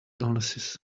illnesses